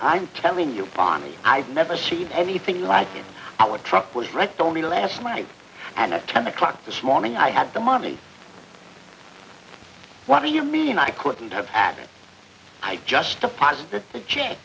i'm telling you party i've never seen anything like it our truck was wrecked only last night and at ten o'clock this morning i had the money what do you mean i couldn't have asked i just passed the check